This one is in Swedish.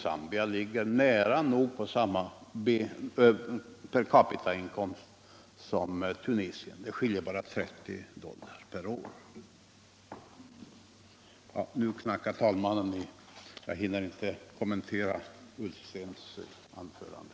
Zambia ligger på nära nog samma per capita-inkomst som Tunisien: det skiljer bara 30 doltar per år. Nu knackar tälmannen med sin klubba, och jag hinner inte kommentera herr Ullstens anförande.